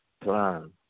plan